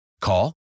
Call